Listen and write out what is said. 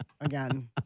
Again